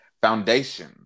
foundation